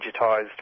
digitised